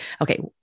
Okay